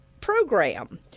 program